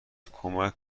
کمک